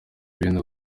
bene